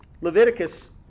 Leviticus